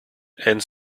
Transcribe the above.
and